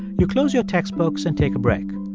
you close your textbooks and take a break.